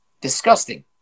disgusting